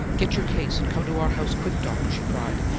get your case and come to our house quick, doctor, she cried.